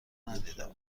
ندیدم